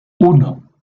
uno